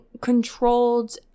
controlled